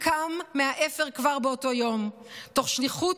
שקם מהאפר כבר באותו היום מתוך שליחות,